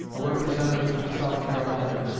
a representative from south carolina,